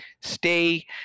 stay